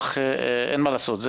אין מה לעשות.